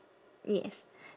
yes